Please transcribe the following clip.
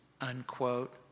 unquote